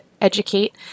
educate